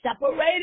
separated